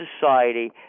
society